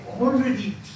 already